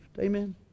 Amen